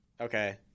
Okay